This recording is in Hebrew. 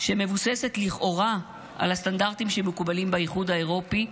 שמבוססת לכאורה על הסטנדרטים שמקובלים באיחוד האירופי,